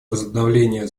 возобновления